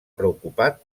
preocupat